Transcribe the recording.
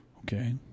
Okay